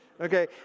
Okay